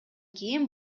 кийин